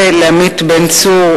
ולעמית בן-צור,